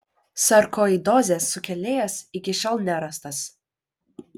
sarkoidozės sukėlėjas iki šiol nerastas